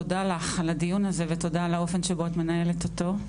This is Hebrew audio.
תודה לך על הדיון הזה ותודה על האופן שבו את מנהלת אותו.